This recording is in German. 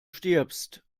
stirbst